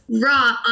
Raw